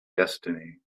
destiny